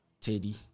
Teddy